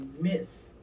miss